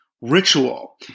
ritual